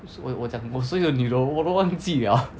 所以我我讲我所有的女的我都忘记了